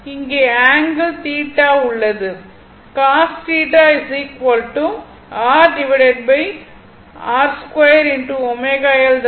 இங்கே ஆங்கிள் θ உள்ளது